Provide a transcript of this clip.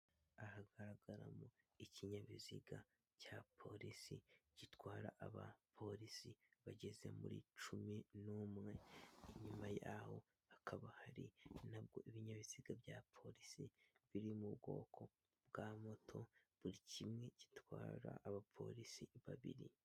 Haragaragaramo ikinyabiziga cya polisi gitwara abapolisi bageze muri cumi n'umwe. Inyuma yaho hakaba hari nabwo ibinyabiziga bya polisi biri mu bwoko bwa moto buri kimwe, gitwara abapolisi babiri.